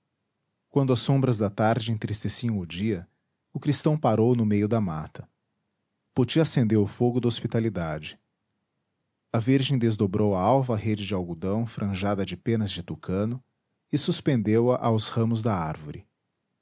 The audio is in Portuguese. quando as sombras da tarde entristeciam o dia o cristão parou no meio da mata poti acendeu o fogo da hospitalidade a virgem desdobrou a alva rede de algodão franjada de penas de tucano e suspendeu a aos ramos da árvore